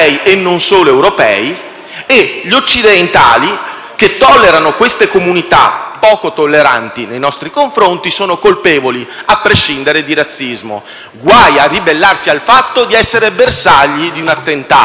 e gli occidentali, che tollerano queste comunità poco tolleranti nei nostri confronti, sono colpevoli, a prescindere, di razzismo. Guai a ribellarsi al fatto di essere bersagli di un attentato! Tant'è vero che